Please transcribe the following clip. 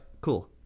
cool